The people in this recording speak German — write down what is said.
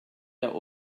der